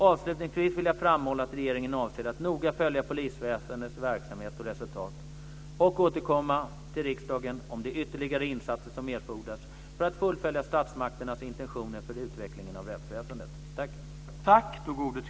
Avslutningsvis vill jag framhålla att regeringen avser att noga följa polisväsendets verksamhet och resultat och återkomma till riksdagen om de ytterligare insatser som erfordras för att fullfölja statsmakternas intentioner för utvecklingen av rättsväsendet.